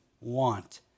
want